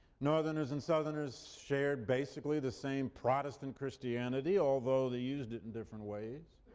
northerners and southerners shared basically the same protestant christianity, although they used it in different ways.